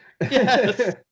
Yes